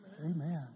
Amen